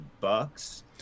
bucks